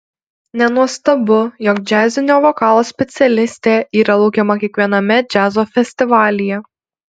nenuostabu jog džiazinio vokalo specialistė yra laukiama kiekviename džiazo festivalyje